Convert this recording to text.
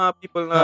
people